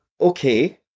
okay